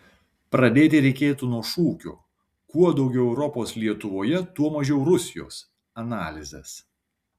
pradėti reikėtų nuo šūkio kuo daugiau europos lietuvoje tuo mažiau rusijos analizės